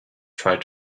tried